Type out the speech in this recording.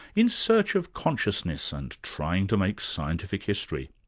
in search of consciousness and trying to make scientific history.